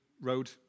Road